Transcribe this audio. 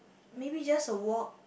maybe just a walk